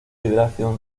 liberación